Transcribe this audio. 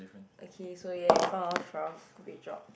okay so ya we found all twelve great job